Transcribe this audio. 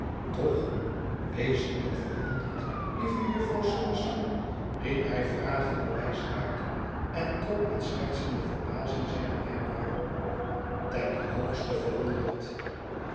toch wezenlijk verwonderd lieve jufvrouw summerson riep hij vragenderwijs uit en trok met schertsende verbazing zijne wenkbrauwen op ten hoogste verwonderd